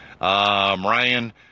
Ryan